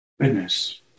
goodness